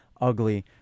ugly